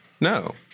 No